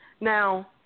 Now